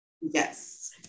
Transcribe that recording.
Yes